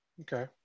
Okay